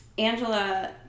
Angela